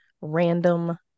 random